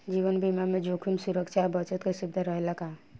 जीवन बीमा में जोखिम सुरक्षा आ बचत के सुविधा रहेला का?